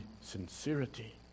sincerity